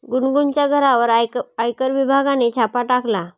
गुनगुनच्या घरावर आयकर विभागाने छापा टाकला